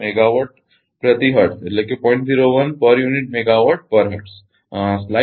01 પ્રતિ unit megawatt પ્રતિ hertz 0